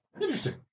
interesting